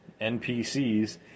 NPCs